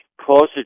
closer